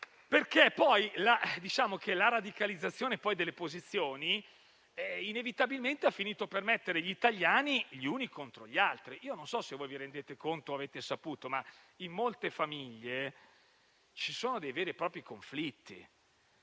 La radicalizzazione delle posizioni, inevitabilmente, ha finito per mettere gli italiani gli uni contro gli altri. Non so se ve ne rendete conto, o lo avete saputo, ma in molte famiglie ci sono veri e propri conflitti,